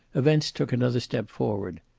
events took another step forward.